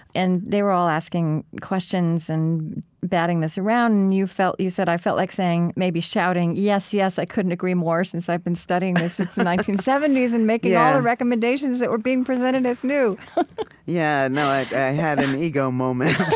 and they were all asking questions and batting this around, and you felt you said, i felt like saying, maybe shouting, yes, yes, i couldn't agree more, since i've been studying this since the nineteen seventy s and making all the recommendations that were being presented as new yeah, no, i had an ego moment.